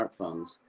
smartphones